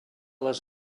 les